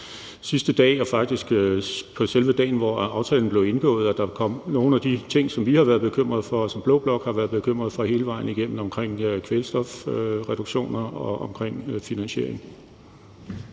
sidste dage, og faktisk også på selve dagen, hvor aftalen blev indgået, i forhold til nogle af de ting, som vi har været bekymret for, og som blå blok har været bekymret for hele vejen igennem, omkring kvælstofreduktioner og omkring finansieringen.